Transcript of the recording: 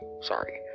sorry